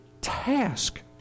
task